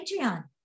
Patreon